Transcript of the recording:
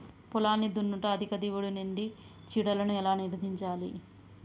పొలాన్ని దున్నుట అధిక దిగుబడి నుండి చీడలను ఎలా నిర్ధారించాలి?